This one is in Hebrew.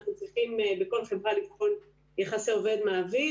אנחנו צריכים לבחון בכל חברה יחסי עובד-מעביד.